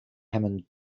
hammond